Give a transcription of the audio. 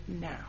now